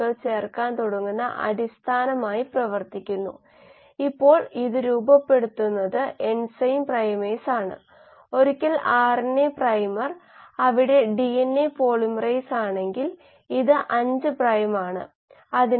നമ്മൾ നേരത്തെ കണ്ട അതേ കണക്കാണ് ഇത് S naught Sലേക്കും പിന്നെ എ ബി എന്നിവയിലേക്ക് പോകുന്നു A C B എന്നിവ D ലേക്ക് പോകുന്നു SCDഎന്നിവ എക്സ്ട്രാ സെല്ലുലാർ മെറ്റബോളിറ്റുകളാണ് SAB ഇൻട്രാ സെല്ലുലാർ മെറ്റബോളിറ്റുകൾ